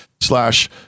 slash